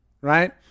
right